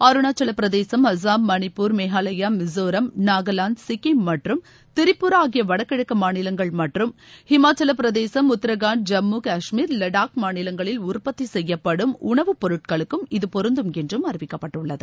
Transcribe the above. அருணாச்சல பிரதேசம் அசாம் மணிப்பூர் மேகாலயா மிசோராம் நாகாலாந்து சிக்கிம் மற்றும் திரிபுரா ஆகிய வடகிழக்கு மாநிலங்கள் மற்றும் இமாச்சல பிரதேசம் உத்தராகண்ட் ஜம்மு காஷ்மீர் லடாக் மாநிலங்களில் உற்பத்தி செய்யப்படும் உணவு பொருட்களுக்கும் இது பொருந்தும் என்று அறிவிக்கப்பட்டுள்ளது